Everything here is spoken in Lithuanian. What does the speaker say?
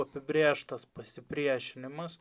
apibrėžtas pasipriešinimas